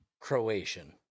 Croatian